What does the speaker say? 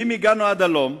ואם הגענו עד הלום,